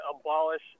abolish